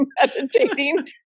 meditating